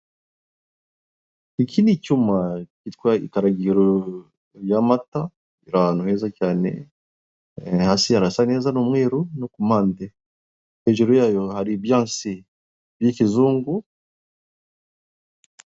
Iki ni icyuma gitwaye igikaragito ry'amata, biri ahantu heza cyane, hasi harasa neza n'umweru no ku mpande hejuru yayo hari ibyatsi by'ikizungu,..